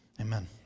amen